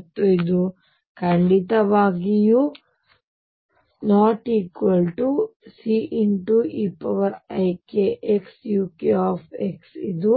ಮತ್ತು ಇದು ಖಂಡಿತವಾಗಿಯೂ ≠Ceikxuk ಇದು